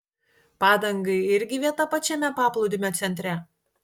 padangai irgi vieta pačiame paplūdimio centre